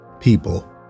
people